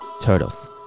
turtles